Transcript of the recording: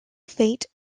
fate